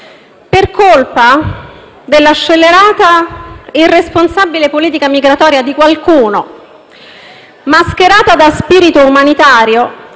Per colpa della scellerata e irresponsabile politica migratoria di qualcuno, mascherata da spirito umanitario,